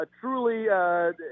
truly –